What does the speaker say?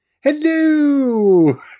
hello